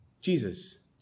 Jesus